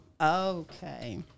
okay